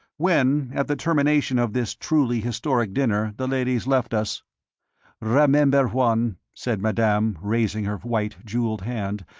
when, at the termination of this truly historic dinner, the ladies left us remember, juan, said madame, raising her white, jewelled hand,